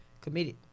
committed